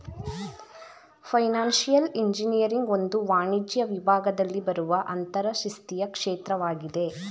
financial engineering ಒಂದು ವಾಣಿಜ್ಯ ವಿಭಾಗದಲ್ಲಿ ಬರುವ ಅಂತರಶಿಸ್ತೀಯ ಕ್ಷೇತ್ರವಾಗಿದೆ